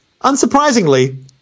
unsurprisingly